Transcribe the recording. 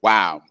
Wow